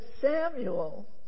Samuel